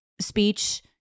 speech